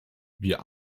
wir